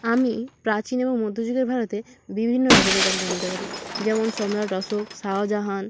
আমি প্রাচীন এবং মধ্যযুগের ভারতে বিভিন্ন রাজাদের কথা জানতে পারি যেমন সম্রাট অশোক শাহজাহান